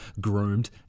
groomed